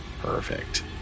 Perfect